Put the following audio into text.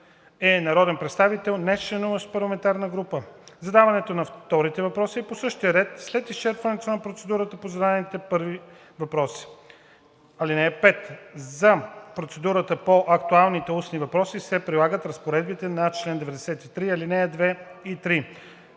е народен представител, нечленуващ в парламентарна група. Задаването на вторите въпроси е по същия ред, след изчерпване на процедурата по зададените първи въпроси. (5) За процедурата по актуалните устни въпроси се прилагат разпоредбите на чл. 93, ал. 2 и 3.